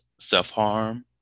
self-harm